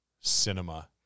cinema